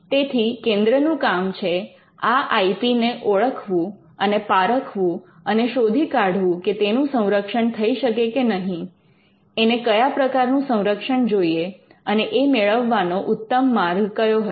તેથી કેન્દ્રનું કામ છે આ આઈ પી ને ઓળખું એને પારખવું અને શોધી કાઢવું કે તેનું સંરક્ષણ થઈ શકે કે નહીં એને કયા પ્રકારનું સંરક્ષણ જોઈએ અને એ મેળવવાનો ઉત્તમ માર્ગ કયો હશે